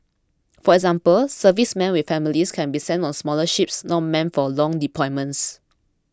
for example servicemen with families can be sent on smaller ships not meant for long deployments